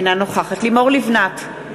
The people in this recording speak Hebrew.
אינה נוכחת לימור לבנת,